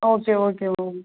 okay okay ma'am